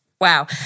Wow